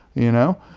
you know?